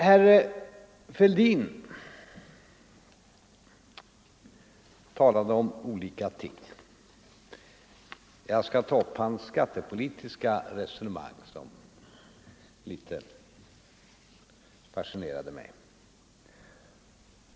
Herr Fälldin talade om olika ting. Jag skall ta upp hans skattepolitiska resonemang som fascinerade mig.